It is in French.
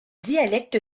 dialecte